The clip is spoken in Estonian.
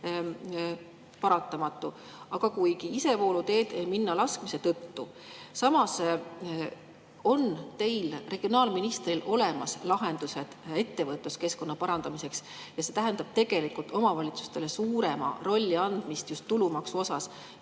paratamatu, kuigi isevooluteed minna laskmise tõttu. Samas on regionaalministril olemas lahendused ettevõtluskeskkonna parandamiseks, see tähendab tegelikult omavalitsustele suurema rolli andmist just tulumaksu